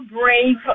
brave